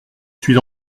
suis